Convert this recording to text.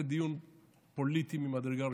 זה דיון פוליטי ממדרגה ראשונה.